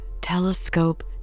telescope